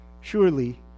Surely